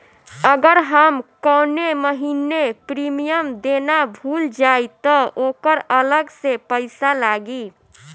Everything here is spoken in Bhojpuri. अगर हम कौने महीने प्रीमियम देना भूल जाई त ओकर अलग से पईसा लागी?